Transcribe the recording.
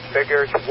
Figures